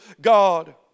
God